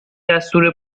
دستور